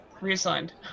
Reassigned